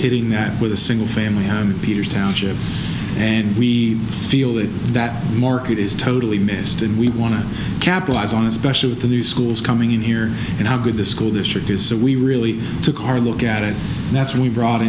hitting that with a single family i'm peter township and we feel that that market is totally missed and we want to capitalize on especially with the new schools coming in here and how good the school district is so we really took a hard look at it and that's when we brought